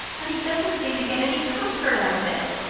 but he doesn't seem to get any comfort out of it.